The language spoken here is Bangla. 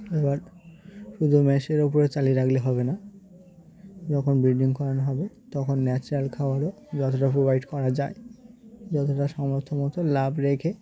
এবার শুধু ম্যাশের ওপরে চালিয়ে রাখলে হবে না যখন ব্রিডিং করানো হবে তখন ন্যাচারাল খাবারও যতটা প্রোভাইড করা যায় যতটা সামর্থ মতো লাভ রেখে